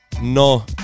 No